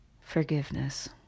forgiveness